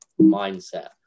mindset